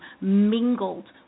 mingled